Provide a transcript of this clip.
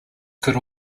could